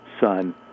Son